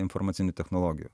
informacinių technologijų